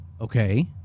Okay